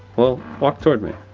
well, walk toward me.